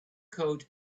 code